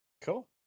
Cool